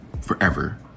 forever